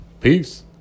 Peace